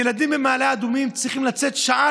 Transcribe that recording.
ילדים במעלה אדומים צריכים לצאת שעה